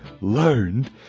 learned